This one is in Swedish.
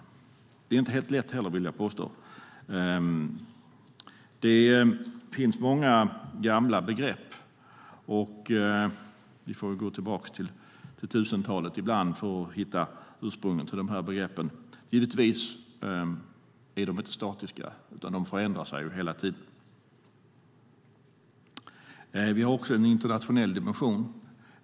Jag vill påstå att det inte heller är helt lätt. Det finns många gamla begrepp. Ibland får vi gå tillbaka till 1000-talet för att hitta ursprunget till de här begreppen. De är givetvis inte statiska, utan de förändrar sig hela tiden. Vi har också en internationell dimension.